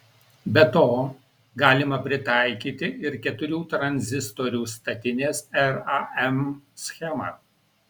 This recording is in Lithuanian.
be to galima pritaikyti ir keturių tranzistorių statinės ram schemą